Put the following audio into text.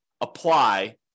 apply